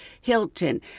Hilton